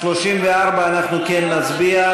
על מס' 34 אנחנו כן נצביע.